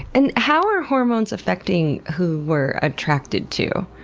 and how are hormones affecting who we're attracted to?